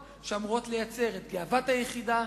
וסמכויות נוספות שאמורות לייצר את גאוות היחידה,